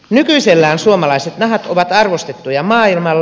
nykyisellään suomalaiset nahat ovat arvostettuja maailmalla